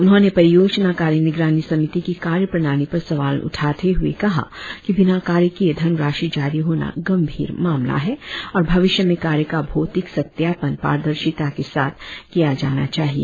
उन्होंने परियोजना कार्य निगरानी समिति की कार्यप्रणाली पर सवाल उठाते हुए कहा कि बिना कार्य किए धन राशि जारी होना गंभीर मामला है और भविष्य में कार्य का भौतिक सत्यापन पारदर्शिता के साथ किया जाना चाहिए